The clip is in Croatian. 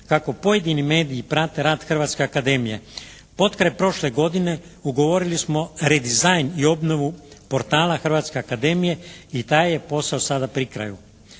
kako pojedini mediji prate rad Hrvatske akademije. Potkraj prošle godine ugovorili smo redizajn i obnovu portala Hrvatske akademije i taj je posao sada pri kraju.